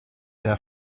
der